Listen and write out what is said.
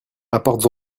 apporte